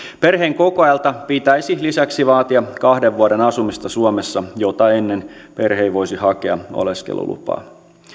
perheenkokoajalta pitäisi lisäksi vaatia kahden vuoden asumista suomessa jota ennen perhe ei voisi hakea oleskelulupaa